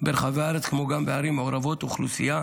ברחבי הארץ, כמו גם בערים מעורבות אוכלוסייה